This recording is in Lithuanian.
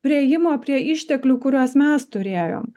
priėjimo prie išteklių kuriuos mes turėjom